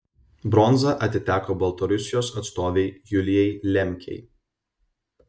bronza atiteko baltarusijos atstovei julijai lemkei